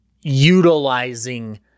utilizing